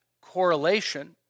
correlation